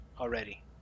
already